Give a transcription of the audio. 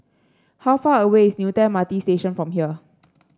how far away is Newton M R T Station from here